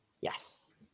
Yes